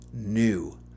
New